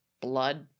Blood